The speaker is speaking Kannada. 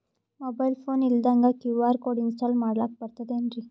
ಮೊಬೈಲ್ ಫೋನ ಇಲ್ದಂಗ ಕ್ಯೂ.ಆರ್ ಕೋಡ್ ಇನ್ಸ್ಟಾಲ ಮಾಡ್ಲಕ ಬರ್ತದೇನ್ರಿ?